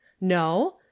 no